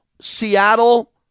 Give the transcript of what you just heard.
Seattle